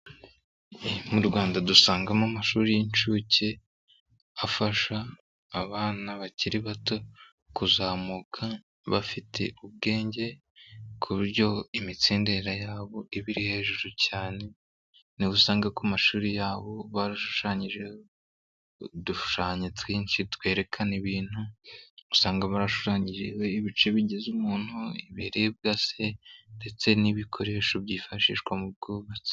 Mu Rwanda dusangamo amashuri y'incuke afasha abana bakiri bato kuzamuka bafite ubwenge ku buryo imitsindire yabo iba iri hejuru cyane, niho usanga ku mashuri yabo barashushanyijeho udushushanyo twinshi twerekana ibintu, usanga barashushanyirijwe ibice bigize umuntu ibiribwa se ndetse n'ibikoresho byifashishwa mu bwubatsi.